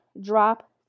drop